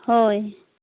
ᱦᱳᱭ